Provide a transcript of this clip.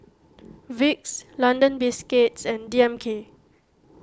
Vicks London Biscuits and D M K